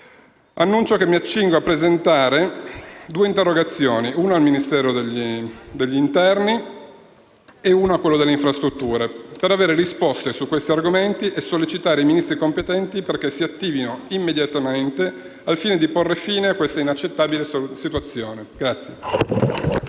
Annuncio che mi accingo a presentare due interrogazioni, una al Ministero dell'interno e una al Ministero delle infrastrutture e dei trasporti, per avere risposte su questi argomenti e sollecitare i Ministri competenti perché si attivino immediatamente per porre fine a questa inaccettabile situazione.